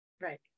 Right